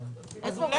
כדי